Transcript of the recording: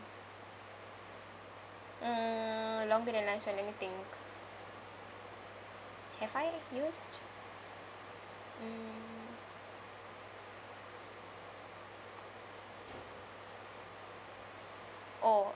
mm longer than lifespan let me think have I used mm oh